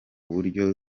buryo